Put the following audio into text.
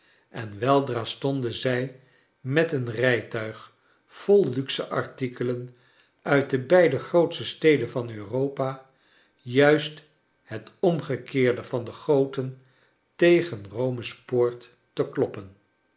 en weldra stonden zij met een rijtuig vol luxeartikelen uit de beide grootste steden van europa juist het omgekeerde van de gothen tegen rome's poort te kloppen